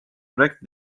projekti